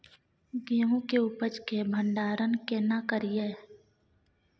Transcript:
गेहूं के उपज के भंडारन केना करियै?